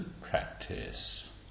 practice